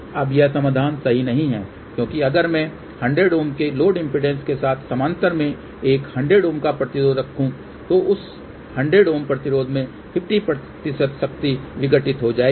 अब यह समाधान सही नही है क्योंकि अगर मैं 100 Ω के लोड इम्पीडेन्स के साथ समानांतर में एक 100 Ω का प्रतिरोध रखो तो उस 100 Ω प्रतिरोध में 50 शक्ति विघटित हो जाएगी